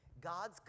God's